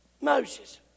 Moses